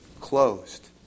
closed